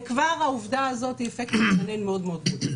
וכבר העובדה הזאתי היא אפקט מצנן גדול מאוד.